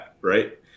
Right